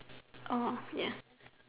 Oh ya